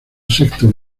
sexto